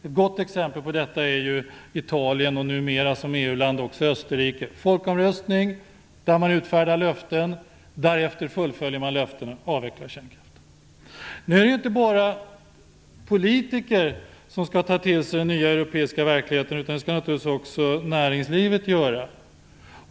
Goda exempel på detta är ju Italien och, numera som EU land, också Österrike. Där har man genomfört folkomröstningar där man utfärdat löften, och därefter har man fullföljt löftena och avvecklat kärnkraften. Nu är det inte bara politiker som skall ta till sig den nya europeiska verkligheten, utan det skall naturligtvis även näringslivet göra.